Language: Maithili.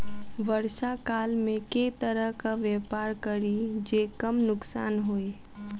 वर्षा काल मे केँ तरहक व्यापार करि जे कम नुकसान होइ?